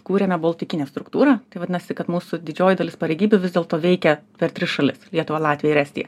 kūrėme boltikinę struktūrą tai vadinasi kad mūsų didžioji dalis pareigybių vis dėlto veikia per tris šalis lietuvą latviją ir estiją